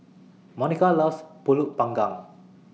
Monica loves Pulut Panggang